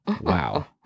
wow